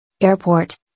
Airport